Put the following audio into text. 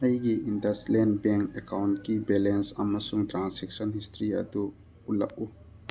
ꯑꯩꯒꯤ IndusInd bank ꯑꯦꯀꯥꯎꯟꯒꯤ balance ꯑꯃꯁꯨꯡ ꯇ꯭ꯔꯥꯟꯁꯦꯛꯁꯟ ꯍꯤꯁꯇ꯭ꯔꯤ ꯑꯗꯨ ꯎꯠꯂꯛꯎ